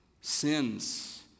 Sins